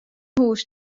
hûs